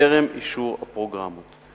טרם אישור הפרוגרמות.